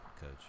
coach